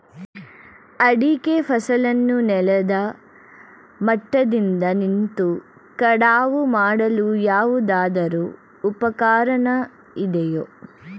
ಅಡಿಕೆ ಫಸಲನ್ನು ನೆಲದ ಮಟ್ಟದಿಂದ ನಿಂತು ಕಟಾವು ಮಾಡಲು ಯಾವುದಾದರು ಉಪಕರಣ ಇದೆಯಾ?